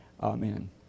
amen